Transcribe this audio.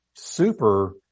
super